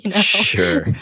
Sure